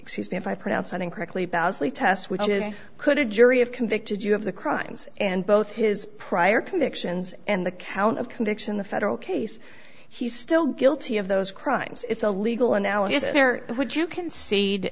excuse me if i pronounce on incorrectly bazley test which is could a jury of convicted you have the crimes and both his prior convictions and the count of conviction the federal case he's still guilty of those crimes it's a legal analysis there would you concede